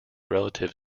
relative